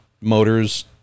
motors